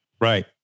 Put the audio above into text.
Right